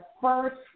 first